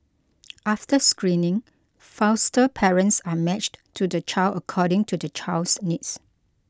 after screening foster parents are matched to the child according to the child's needs